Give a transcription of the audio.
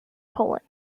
poland